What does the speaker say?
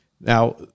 Now